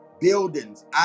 buildings